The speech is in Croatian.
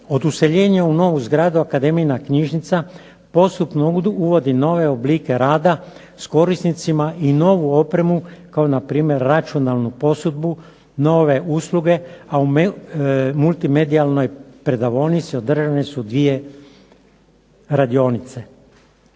Od useljenja u novu zgradu akademijina knjižnica postupno uvodi nove oblike rada s korisnicima i novu opremu kao na primjer računalnu posudbu, nove usluge, a u multimedijalnoj predavaonici održane su dvije radionice.